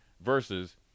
Versus